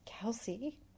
Kelsey